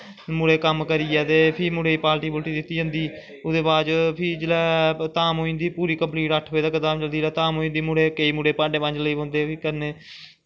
मुड़े कम्म करियै ते फ्ही मुड़ें गी पार्टी पूर्टी दित्ती जंदी ओह्ॅदै बाद फ्ही जिसलै धाम होई जंदी कंपलीट अट्ठ बड़े तक धाम चलदी केंई मुड़े भांडे लगी पौंदे मांजन